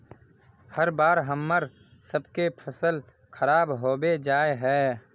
हर बार हम्मर सबके फसल खराब होबे जाए है?